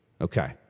Okay